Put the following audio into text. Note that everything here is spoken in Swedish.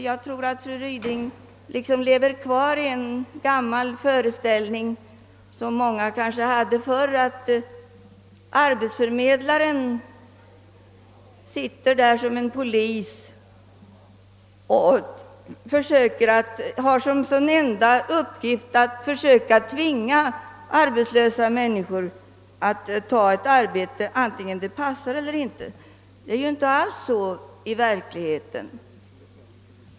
Jag tror att fru Ryding lever kvar i en gammal föreställning, som kanske förr i tiden var vanlig, nämligen att arbetsförmedlaren fungerar som ett slags polis med enda uppgift att försöka tvinga arbetslösa människor att ta ett arbete oavsett om detta passar eller inte. Det är ju inte alls så i verkligheten.